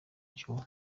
joe